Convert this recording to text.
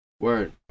Word